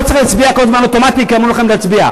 לא צריך כל הזמן להצביע אוטומטית כי אמרו לכם להצביע.